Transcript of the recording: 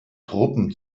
truppen